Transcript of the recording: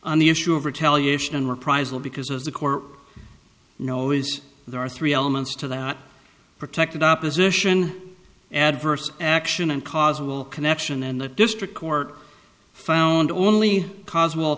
on the issue of retaliation and reprisal because as the core know is there are three elements to that protected opposition adverse action and causal connection and the district court found only cause of all